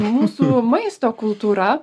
mūsų maisto kultūra